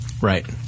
Right